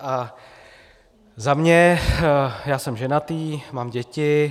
A za mě já jsem ženatý, mám děti.